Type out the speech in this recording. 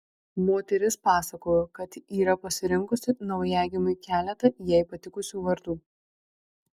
moteris pasakojo kad yra parinkusi naujagimiui keletą jai patikusių vardų